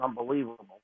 unbelievable